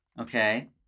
Okay